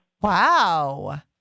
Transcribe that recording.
wow